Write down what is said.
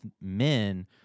men